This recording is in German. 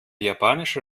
japanische